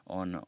on